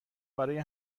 برای